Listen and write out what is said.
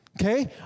Okay